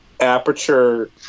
aperture